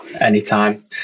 Anytime